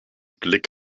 blick